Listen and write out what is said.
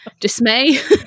dismay